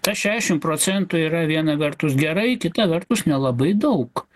tas šesšim procentų yra viena vertus gerai kita vertus nelabai daug